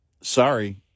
sorry